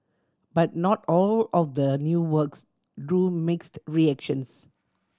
but not all of the new works drew mixed reactions